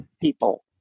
people